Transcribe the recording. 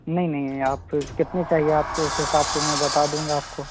नहीं नहीं नहीं आप कितनी चाहिए आपको उस हिसाब से मैं बता दूँगा आपको